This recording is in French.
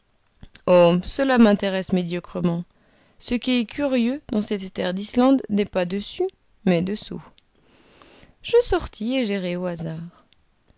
cela m'intéresse médiocrement ce qui est curieux dans cette terre d'islande n'est pas dessus mais dessous je sortis et j'errai au hasard